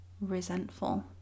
resentful